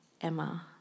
Emma